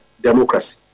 democracy